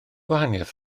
gwahaniaeth